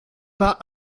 pas